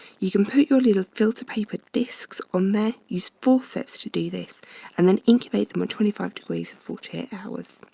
you can put your little filter paper discs on there. use forceps to do this and then incubate them on twenty five degrees for forty eight hours.